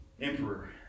emperor